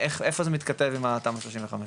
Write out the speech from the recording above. איפה זה מתכתב עם התמ"א 35?